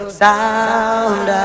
sound